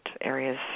areas